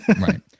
Right